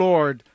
Lord